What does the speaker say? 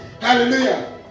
Hallelujah